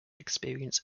experience